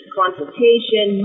consultation